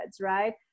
right